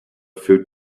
food